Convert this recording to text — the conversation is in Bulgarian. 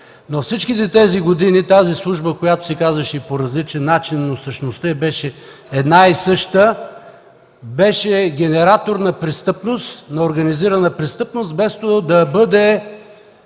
всички тези години тази служба, която се казваше по различен начин, но същността й беше една и съща, беше генератор на престъпност, на организирана престъпност, вместо да бъде